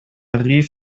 rief